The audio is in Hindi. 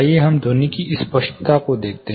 आइए हम ध्वनि की स्पष्टता को देखें